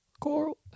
Coral